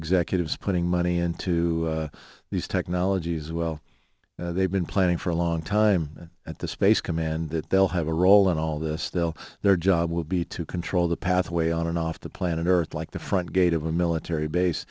executives putting money into these technologies well they've been planning for a long time at the space command that they'll have a role in all of this they'll their job will be to control the pathway on and off the planet earth like the front gate of a military base